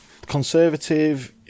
conservative